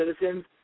citizens